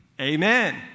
amen